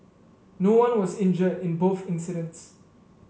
no one was injured in both incidents